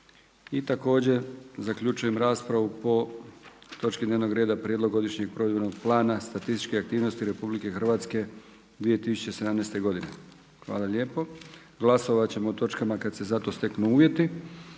i također zaključujem raspravu po točki dnevnog reda Prijedlog godišnjeg provedbenog plana statističke aktivnosti RH za 2017. godine. Hvala lijepo. Glasovat ćemo o točkama kada se za to steknu uvjeti.